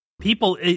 people